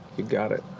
you got it.